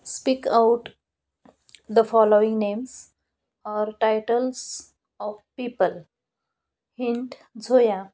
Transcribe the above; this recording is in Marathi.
speak out the following names or titles of people hint Zoya